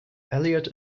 eliot